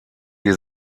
die